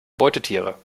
beutetiere